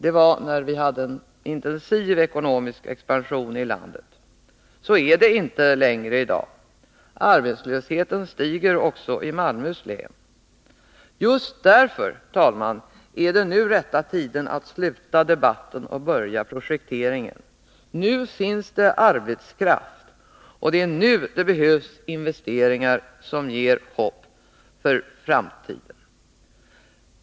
Det var när vi hade en intensiv ekonomisk expansion i landet. Så är det inte längre i dag. Och arbetslösheten stiger också i Malmöhus län. Just därför, herr talman, är det nu rätta tiden att sluta debatten och börja projekteringen. Nu finns det arbetskraft, och det är nu det behövs investeringar som ger hopp för framtiden.